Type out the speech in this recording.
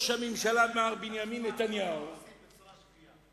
מה לא עושים בצורה שגויה?